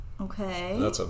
Okay